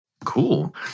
Cool